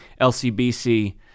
LCBC